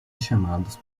chamados